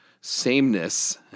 sameness